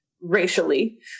racially